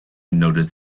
noted